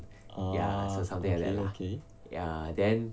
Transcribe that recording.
orh okay okay